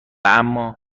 اما